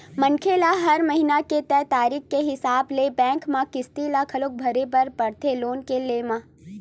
मनखे ल हर महिना के तय तारीख के हिसाब ले बेंक म किस्ती ल घलो भरे बर परथे लोन के लेय म